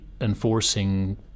enforcing